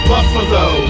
Buffalo